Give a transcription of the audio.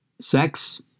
Sex